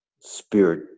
spirit